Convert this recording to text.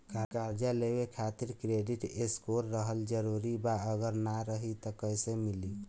कर्जा लेवे खातिर क्रेडिट स्कोर रहल जरूरी बा अगर ना रही त कैसे मिली?